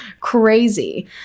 crazy